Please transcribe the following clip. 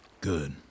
Good